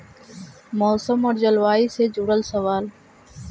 मौसम और जलवायु से जुड़ल सवाल?